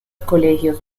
colegios